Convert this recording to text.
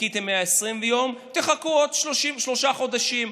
חיכיתם 120 יום, תחכו עוד שלושה חודשים.